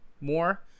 more